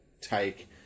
...take